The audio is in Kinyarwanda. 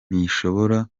ntishobora